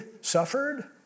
suffered